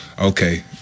okay